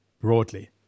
broadly